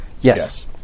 Yes